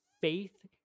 Faith